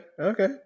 Okay